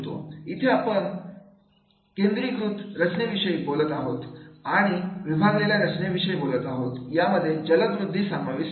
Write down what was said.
इथे आपण मी केंद्रीकृत रचनेविषयी बोलत आहोत आणि विभागलेल्या रचनेविषयी बोलत आहात यामध्ये जलद वृद्धि समाविष्ट आहे